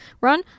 run